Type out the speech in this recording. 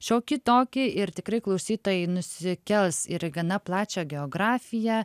šiokį tokį ir tikrai klausytojai nusikels ir į gana plačią geografiją